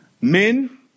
men